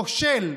כושל,